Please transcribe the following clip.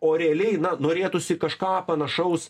o realiai na norėtųsi kažką panašaus